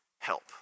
Help